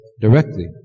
directly